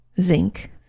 Zinc